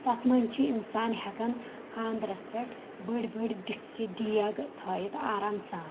تتھ منٛز چھُ انسان ہیٚکان خانٛدرس پٮ۪ٹھ بٔڑۍ بٔڑۍ دِکچہِ دیگ تھٲیتھ آرام سان